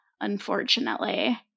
unfortunately